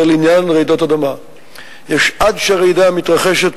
לעניין רעידות אדמה: יש עד שהרעידה מתרחשת,